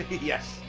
Yes